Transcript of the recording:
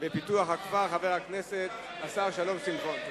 ופיתוח הכפר שלום שמחון.